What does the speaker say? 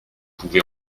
pouvez